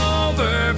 over